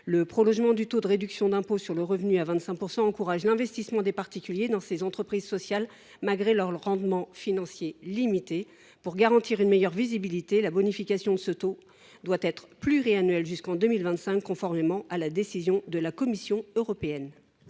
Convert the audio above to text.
Le prolongement de ce taux majoré de réduction d’impôt sur le revenu encouragera l’investissement des particuliers dans ces entreprises sociales, malgré leur rendement financier limité. Pour garantir une meilleure visibilité, la bonification de ce taux doit être pluriannuelle et courir jusqu’en 2025, conformément à la décision de la Commission européenne.